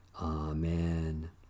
Amen